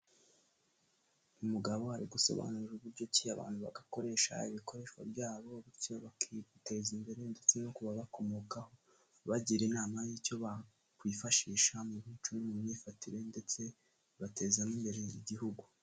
Umugabo ari gusobanurira uburyo ki abantu bagakoresha ibikoreshwa byabo, bityo bakiteza imbere, ndetse no kubabakomokaho. Abagira inama y'icyo bakwifashisha mu mico no mu myifatire ndetse bateza n' imbere igihugu.